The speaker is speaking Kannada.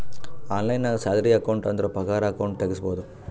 ಆನ್ಲೈನ್ ನಾಗ್ ಸ್ಯಾಲರಿ ಅಕೌಂಟ್ ಅಂದುರ್ ಪಗಾರ ಅಕೌಂಟ್ ತೆಗುಸ್ಬೋದು